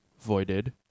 voided